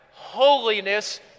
Holiness